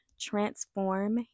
transform